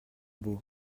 beau